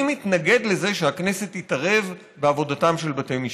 אני מתנגד לזה שהכנסת תתערב בעבודתם של בתי משפט,